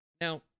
Now